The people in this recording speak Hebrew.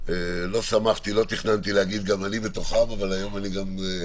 לא תכננתי להגיד, אבל גם אני בתוכם.